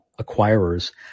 acquirers